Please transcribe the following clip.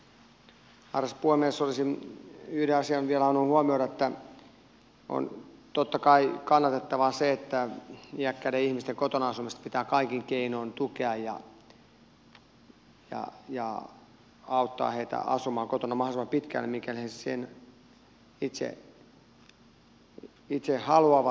olisin yhden asian vielä halunnut huomioida että on totta kai kannatettavaa se että iäkkäiden ihmisten kotona asumista pitää kaikin keinoin tukea ja auttaa heitä asumaan kotona mahdollisimman pitkään mikäli he sitä itse haluavat